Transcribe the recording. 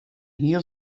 hiel